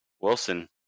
Wilson